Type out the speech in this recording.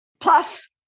Plus